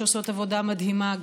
שעושות עבודה מדהימה,